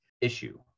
issue